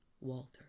Walter